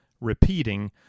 repeating